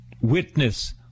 witness